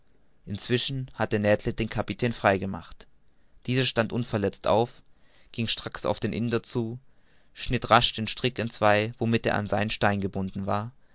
inzwischen hatte ned land den kapitän frei gemacht dieser stand unverletzt auf ging stracks auf den indier zu schnitt rasch den strick entwei womit er an seinen stein gebunden war